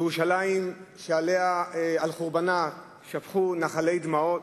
ירושלים שעל חורבנה שפכו נחלי דמעות.